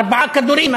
ארבעה כדורים,